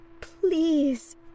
please